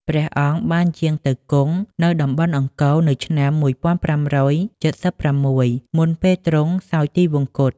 ព្រះអង្គបានយាងទៅគង់នៅតំបន់អង្គរនៅឆ្នាំ ១៥៧៦ មុនពេលទ្រង់សោយទិវង្គត។